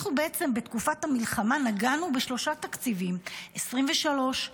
אנחנו בעצם בתקופת המלחמה נגענו בשלושה תקציבים: 2023,